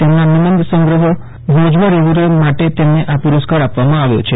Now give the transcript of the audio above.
તેમના નિબંધસંગ્રહ મોજમાં રેવુ રે માટે તેમને આ પુરસ્કાર આપવામા આવ્યો છે